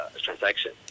transaction